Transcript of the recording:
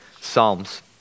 Psalms